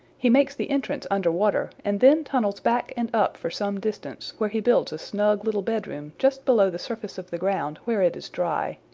he makes the entrance under water and then tunnels back and up for some distance, where he builds a snug little bedroom just below the surface of the ground where it is dry.